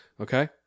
Okay